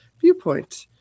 viewpoint